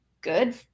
good